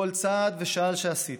כל צעד ושעל שעשיתי,